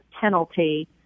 penalty